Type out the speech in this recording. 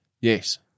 Yes